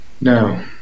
No